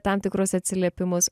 tam tikrus atsiliepimus